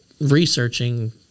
researching